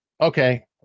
okay